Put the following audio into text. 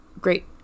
Great